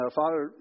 father